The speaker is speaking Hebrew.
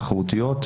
תחרותיות,